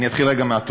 אני אתחיל בתודות,